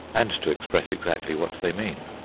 and to express exactly what they mean.